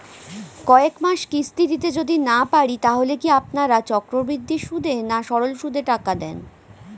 কয়েক মাস কিস্তি দিতে যদি না পারি তাহলে কি আপনারা চক্রবৃদ্ধি সুদে না সরল সুদে টাকা দেন?